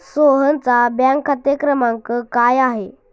सोहनचा बँक खाते क्रमांक काय आहे?